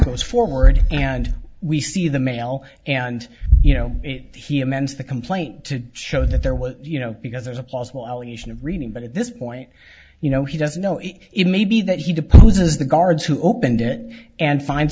goes forward and we see the mail and you know he amends the complaint to show that there was you know because there's a possible allegation of reading but at this point you know he doesn't know it it may be that he to pose as the guards who opened it and find